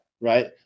right